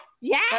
yes